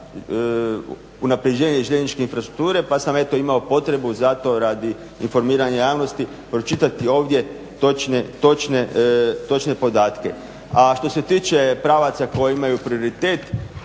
unapređenje željezničke infrastrukture pa sam eto imao potrebu zato radi informiranja javnosti pročitati ovdje točne podatke. A što se tiče pravaca koji imaju prioritet